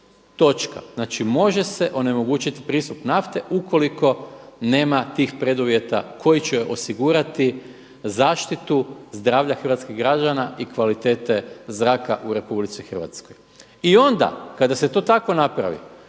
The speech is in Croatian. Znači može se onemogućiti pristup nafte ukoliko nema tih preduvjeta koji će osigurati zaštitu zdravlja hrvatskih građana i kvalitete zraka u RH. I onda kada se to tako napravi,